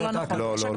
לא.